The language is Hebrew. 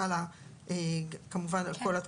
שחלה כמובן על כל התקופה שהייתה.